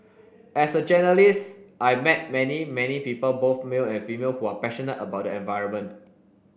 as a journalist I've met many many people both male and female who are passionate about the environment